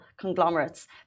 conglomerates